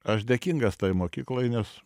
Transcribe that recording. aš dėkingas tai mokyklai nes